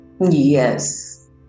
Yes